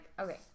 okay